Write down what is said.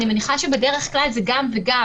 אני מניחה שבדרך כלל זה גם וגם.